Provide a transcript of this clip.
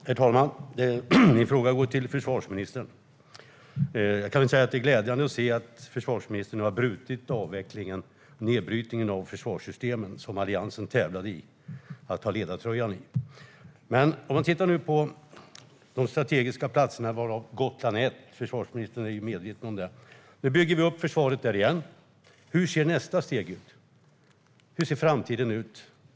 Herr talman! Min fråga går till försvarsministern. Jag kan inte säga att det är glädjande att se att försvarsministern har brutit avvecklingen och nedbrytningen av försvarssystemet, där Alliansen tävlade i att ha ledartröjan. Om man tittar på de strategiska platserna, varav Gotland är en - försvarsministern är medveten om det - ser man att vi nu bygger upp försvaret där igen. Hur ser nästa steg ut? Hur ser framtiden ut?